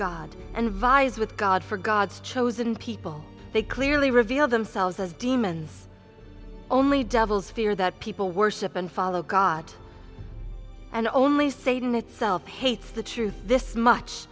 god and vies with god for god's chosen people they clearly reveal themselves as demons only devils fear that people worship and follow god and only satan itself hates the truth this much